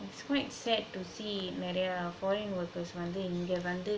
it's quite sad to see நிறையா:niraiyaa foreign workers வந்து இங்க வந்து:vanthu inga vanthu